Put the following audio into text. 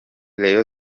rayon